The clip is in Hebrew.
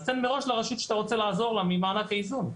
אז תן מראש לרשות שאתה רוצה לעזור לה ממענה האיזון.